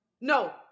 No